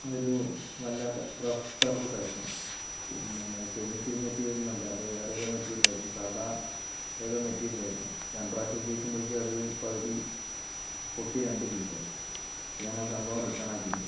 ഒരു വല്ലാത്ത rough surface ആയിരുന്നു പിന്നെ സ്റ്റെയിൻലെസ്സ് സ്റ്റീൽ മെറ്റീരിയൽ ഒന്നും അല്ല അത് വേറെ ഏതോ മെറ്റീരിയലായിരുന്നു സാദാ ഏതോ മെറ്റീരിയൽ ആയിരുന്നു രണ്ടു പ്രാവശ്യം ഉപയോഗിക്കുമ്പോഴേക്കും അത് പകുതി പൊട്ടി രണ്ടു പീസ് ആയി ഞാൻ ആ സംഭവം റിട്ടേൺ ആക്കിയിട്ടുണ്ട്